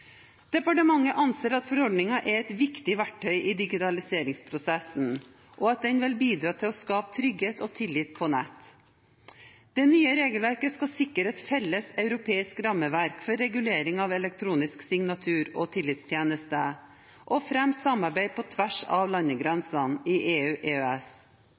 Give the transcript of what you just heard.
Departementet anser at forordningen er et viktig verktøy i digitaliseringsprosessen, og at den vil bidra til å skape trygghet og tillit på nett. Det nye regelverket skal sikre et felles europeisk rammeverk for regulering av elektronisk signatur og tillitstjenester og fremme samarbeid på tvers av landegrensene i